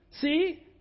See